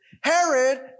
Herod